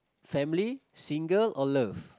family single or love